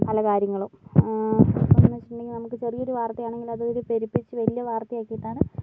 പല കാര്യങ്ങളും നമുക്ക് ചെറിയൊരു വാർത്തയാണെങ്കിലും അത് ഊതി പെരുപ്പിച്ച് വലിയ വാർത്തയാക്കിയിട്ടാണ്